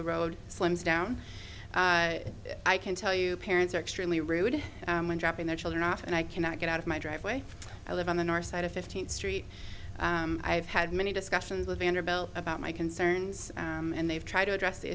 the road slams down i can tell you parents are extremely rude dropping their children off and i cannot get out of my driveway i live on the north side of fifteenth street i have had many discussions with vanderbilt about my concerns and they've tried to address the